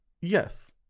yes